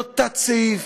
לא תת-סעיף,